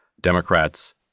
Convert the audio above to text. Democrats